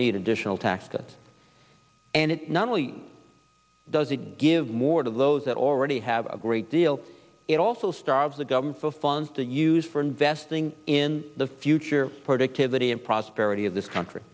need additional tax cuts and it not only does it give more to those that already have a great deal it also starves the government funds to use for investing in the future productivity and prosperity of this country